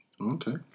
Okay